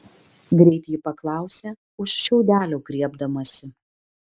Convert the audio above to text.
greit ji paklausė už šiaudelio griebdamasi